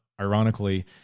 ironically